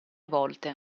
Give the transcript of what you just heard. volte